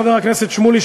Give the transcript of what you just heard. חבר הכנסת שמולי,